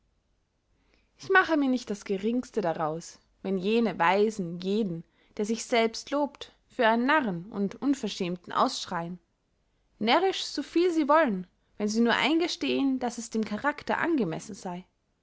ich mache mir nicht das geringste daraus wenn jene weisen jeden der sich selbst lobt für einen narren und unverschämten ausschreyen närrisch so viel sie wollen wenn sie nur eingestehen daß es dem charakter angemessen sey